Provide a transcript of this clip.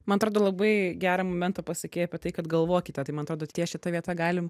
man atrodo labai gerą momentą pasakei apie tai kad galvokite tai man atrodo ties šita vieta galim